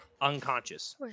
Unconscious